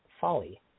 Folly